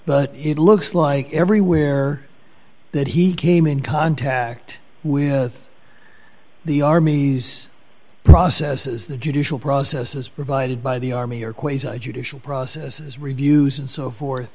but it looks like everywhere that he came in contact with the army's processes the judicial process as provided by the army or quasar judicial processes reviews and so forth